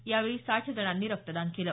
यावेळी साठ जणांनी रक्तदान केलं